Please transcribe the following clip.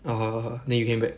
(uh huh) (uh huh) then you came back